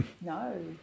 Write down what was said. No